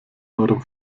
eurem